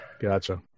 Gotcha